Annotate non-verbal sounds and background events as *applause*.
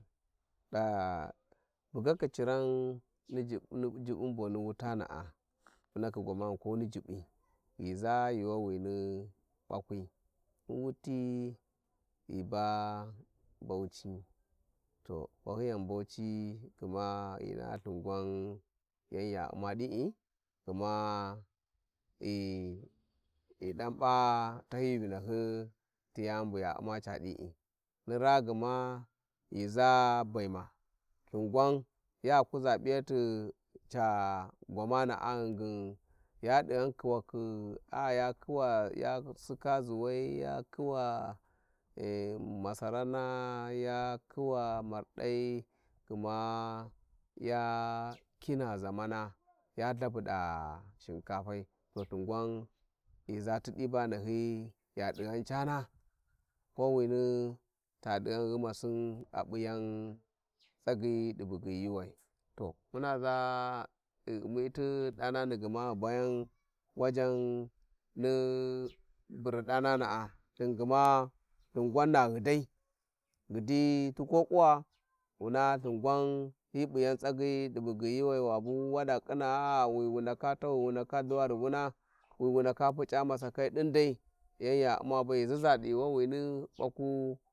Da bugakhi kaciran nijib-nijubbun boni wutanaa punakhi gwamana ko ni jubbi ghi za yuuwawani bakwi, ni wuti ghi ba Bauchi to bahyins Bauchi gma ghi naha lthin gwan yan ya u`ma din gma ghi *noise* dan patahyi Vinghyi ti yani buya u`maca di i, ni raa gma ghi za Baima lthim gwan ya kuza p`yati ca gwamanaa ghingi ya wakhi a-a ya sika zuuwa ya kuwa *hesitation* masarana, ya kuwa mardai gma ya kina zamana ya lhabuda Shinkapai to Ithin gwan ghi Ithin gwan ya diguan nahyi ya Chabuda ghi za ti di Cana lcowini to fi ap ghan gnumasin a Juriwai to muna. giis ti yan tsaggi ti ghi hi bayan Havajen ghi thin gms thin quan ko kying wung tsagyi di gwan na di bugyi umi fi ni Byra danans ilan ang ghidar, ghidi *noise* tikokuwa wuna ithingwan hi di bugyi yuuwai wabu wa khina aa wi wu ndala tau wi wu ndaka lhuwa ruvuna wi wu ndaka plucia masakai din dai yan ya u' ma be`e gui zizza di yuuwanin baku